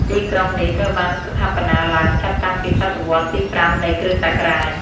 ទីក្រុងនេះត្រូវបានស្ថាបនាឡើងចាប់តាំងពីសតវត្សរ៍ទី៥ នៃគ.ស។